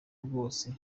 rwose